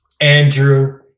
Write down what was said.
Andrew